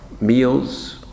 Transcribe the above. meals